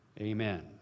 Amen